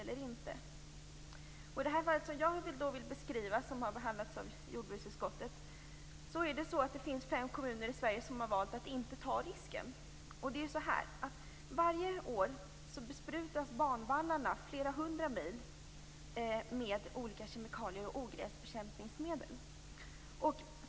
I det fall jag skall beskriva, som jag tagit upp i en motion som har behandlats av jordbruksutskottet, är det fem kommuner som har valt att inte ta risken. Varje år besprutas banvallarna flera hundra mil med olika kemikalier och ogräsbekämpningsmedel.